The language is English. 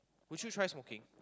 would you try smoking